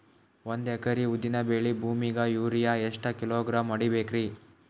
ಒಂದ್ ಎಕರಿ ಉದ್ದಿನ ಬೇಳಿ ಭೂಮಿಗ ಯೋರಿಯ ಎಷ್ಟ ಕಿಲೋಗ್ರಾಂ ಹೊಡೀಬೇಕ್ರಿ?